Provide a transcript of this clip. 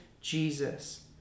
Jesus